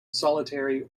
solitary